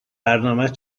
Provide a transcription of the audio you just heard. برنامهت